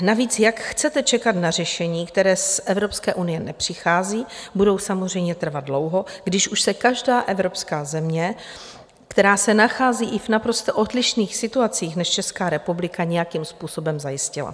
Navíc jak chcete čekat na řešení, která z Evropské unie nepřicházejí, budou samozřejmě trvat dlouho, když už se každá evropská země, která se nachází i v naprosto odlišných situacích než Česká republika, nějakým způsobem zajistila?